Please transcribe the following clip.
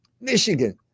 Michigan